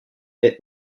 est